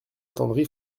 attendri